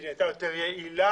היא נהייתה יותר יעילה?